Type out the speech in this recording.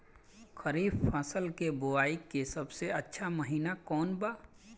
खरीफ फसल के बोआई के सबसे अच्छा महिना कौन बा?